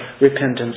repentance